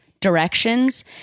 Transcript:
directions